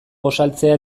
gosaltzea